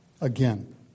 again